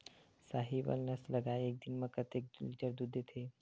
साहीवल नस्ल गाय एक दिन म कतेक लीटर दूध देथे?